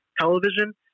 television